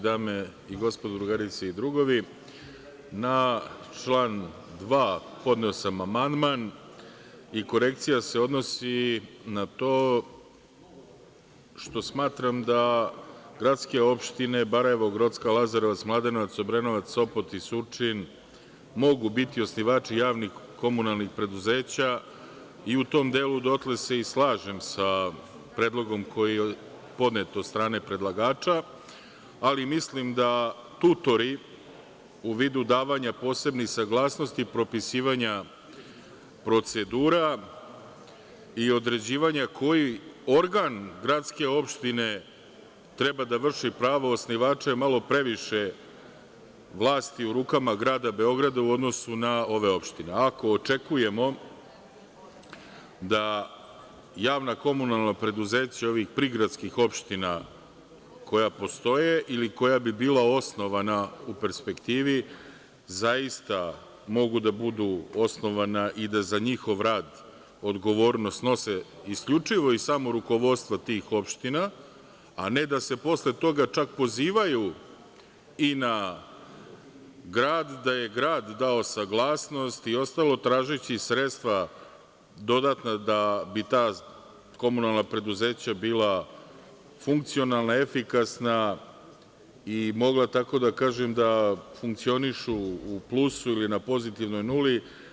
Dame i gospodo, drugarice i drugovi, na član 2. podneo sam amandman i korekcija se odnosi na to što smatram da gradske opštine Barajevo, Grocka, Lazarevac, Mladenovac, Obrenovac, Sopot i Surčin mogu biti osnivači javnih komunalnih preduzeća i u tom delu dotle se i slažem sa predlogom koji je podnet od strane predlagača, ali mislim da tutori u vidu davanja posebnih saglasnosti, propisivanja procedura i određivanja koji organ gradske opštine treba da vrše pravo osnivača je malo previše vlasti u rukama grada Beograda u odnosu na ove opštine, ako očekujemo Ako očekujemo da javna komunalna preduzeća ovih prigradskih opština, koja postoje ili koja bi bila osnovana u perspektivi, zaista mogu da budu osnovana i da za njihov rad odgovornost snose isključivo i samo rukovodstva tih opština, a ne da se posle toga čak pozivaju i na grad, da je grad dao saglasnost i ostalo, tražeći sredstva dodatna da bi ta komunalna preduzeća bila funkcionalna, efikasna i mogla, tako da kažem, funkcionišu u plusu ili na pozitivnoj nuli.